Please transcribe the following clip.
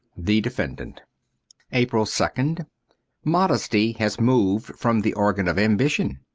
the defendant april second modesty has moved from the organ of ambition.